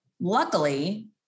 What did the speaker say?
Luckily